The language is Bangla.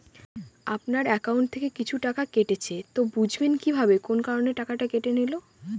আপনার একাউন্ট থেকে কিছু টাকা কেটেছে তো বুঝবেন কিভাবে কোন কারণে টাকাটা কেটে নিল?